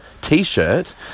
t-shirt